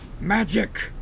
Magic